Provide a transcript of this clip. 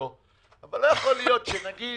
אבל לא יכול להיות שנגיד